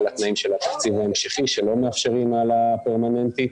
התנאים של התקציב ההמשכי שלא מאפשרים העלאה פרמננטית.